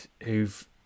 who've